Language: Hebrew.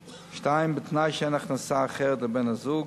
2. בתנאי שאין הכנסה אחרת לבן-הזוג,